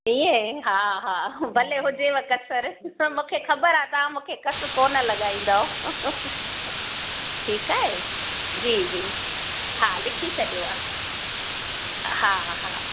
ईअं हा हा भले हुजेव कसरु मूंखे ख़बर आहे तव्हां मूंखे घटि न लॻाईंदो ठीकु आहे जी जी हा लिखी छॾियो आहे हा हा